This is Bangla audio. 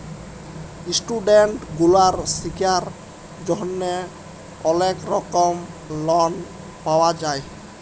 ইস্টুডেন্ট গুলার শিক্ষার জন্হে অলেক রকম লন পাওয়া যায়